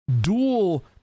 dual